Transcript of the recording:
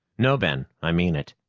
no, ben, i mean it.